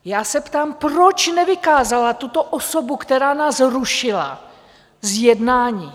Já se ptám, proč nevykázala tuto osobu, která nás rušila, z jednání?